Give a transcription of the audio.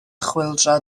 chwyldro